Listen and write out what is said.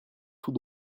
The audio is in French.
tout